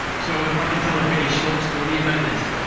so if i can tell a very short story about this.